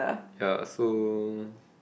ya so